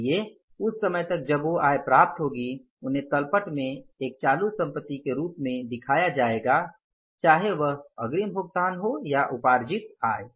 इसलिए उस समय तक जब वो आय प्राप्त होगी उन्हें तल पट में एक चालू संपत्ति के रूप में दिखाया जाएगा चाहे वह अग्रिम भुगतान हो या उपार्जित आय